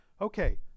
okay